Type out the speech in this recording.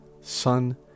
Son